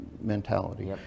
mentality